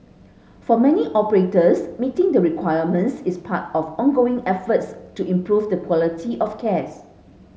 for many operators meeting the requirements is part of ongoing efforts to improve the quality of care